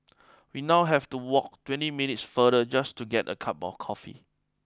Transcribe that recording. we now have to walk twenty minutes farther just to get a cup of coffee